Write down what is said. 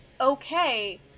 okay